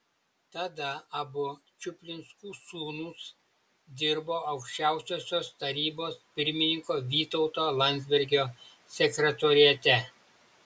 tada abu čuplinskų sūnūs dirbo aukščiausiosios tarybos pirmininko vytauto landsbergio sekretoriate